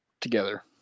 Together